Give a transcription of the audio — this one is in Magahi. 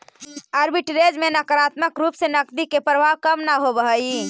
आर्बिट्रेज में नकारात्मक रूप से नकदी के प्रवाह कम न होवऽ हई